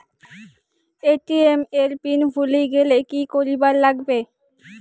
ATM এর PIN ভুলি গেলে কি করিবার লাগবে?